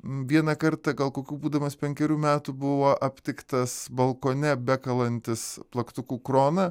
vieną kartą gal kokių būdamas penkerių metų buvau aptiktas balkone bekalbantis plaktuku kroną